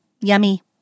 Yummy